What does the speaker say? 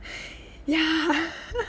ya